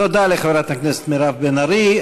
תודה לחברת הכנסת מירב בן ארי.